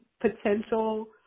potential